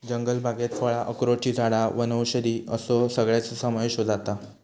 जंगलबागेत फळां, अक्रोडची झाडां वनौषधी असो सगळ्याचो समावेश जाता